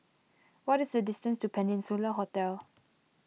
what is the distance to Peninsula Hotel